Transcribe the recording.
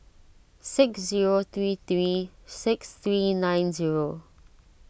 six zero three three six three nine zero